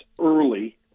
early